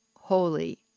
holy